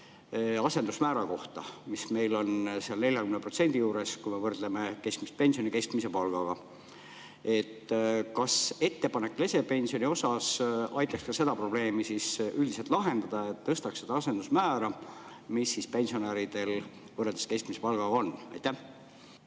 asendusmäära kohta, mis meil on 40% juures, kui me võrdleme keskmist pensioni keskmise palgaga. Kas ettepanek lesepension [kehtestada] aitaks seda probleemi üldiselt lahendada ja tõstaks seda asendusmäära, mis pensionidel võrreldes keskmise palgaga on? Aitäh!